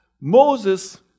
Moses